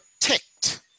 protect